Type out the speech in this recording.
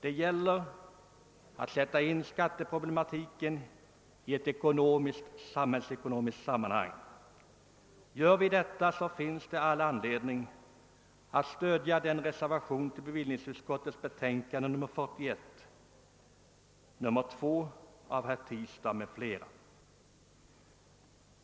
Det gäller att sätta in skatteproblematiken i ett samhällsekonomiskt sammanhang. Gör vi detta, så finns det all anledning att stödja den till bevillningsutskottets betänkande nr 41 fogade reservationen 2 av herr Tistad m.fl.